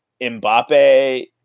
Mbappe